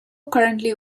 currently